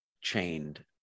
chained